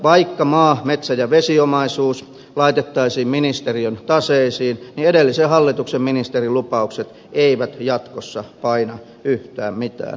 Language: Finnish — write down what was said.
vaikka maa metsä ja vesiomaisuus laitettaisiin ministeriön taseisiin niin edellisen hallituksen ministerin lupaukset eivät jatkossa paina yhtään mitään